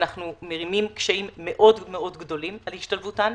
אנחנו מערימים קשיים מאוד מאוד גדולים על השתלבותן.